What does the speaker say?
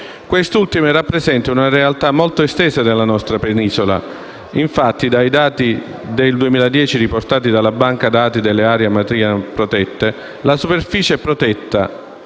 Queste ultime rappresentano una realtà molto estesa della nostra penisola: infatti, dai dati del 2010 riportati dalla banca dati delle aree protette, la superficie protetta